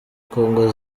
congo